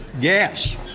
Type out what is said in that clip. gas